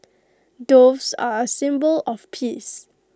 doves are A symbol of peace